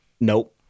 Nope